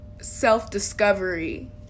self-discovery